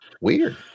weird